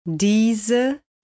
Diese